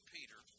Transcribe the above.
Peter